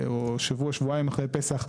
או שבוע שבועיים אחרי פסח,